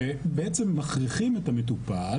שבעצם מכריחים את המטופל,